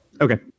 Okay